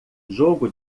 jogo